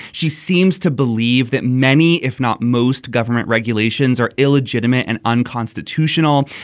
she seems to believe that many if not most government regulations are illegitimate and unconstitutional.